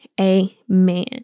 amen